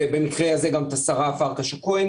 ובמקרה הזה גם את השרה פרקש הכהן,